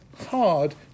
hard